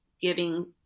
giving